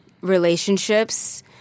relationships